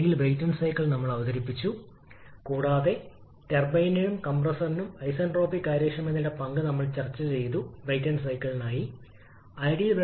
ഈ സാഹചര്യത്തിലും ഈ സമ്മർദ്ദ അനുപാതങ്ങൾ തുല്യമാകുമ്പോൾ നമുക്ക് ലഭിക്കുന്ന ടർബൈനിൽ നിന്നുള്ള പരമാവധി വർക്ക് ഔട്ട്പുട്ട് ഇതാണ് 𝑤𝐻𝑃𝑡 𝑐𝑝 𝑇3 − 𝑇4 ടർബൈൻ വർക്ക്